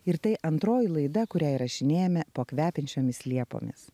ir tai antroji laida kurią įrašinėjame po kvepiančiomis liepomis